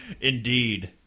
Indeed